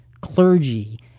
clergy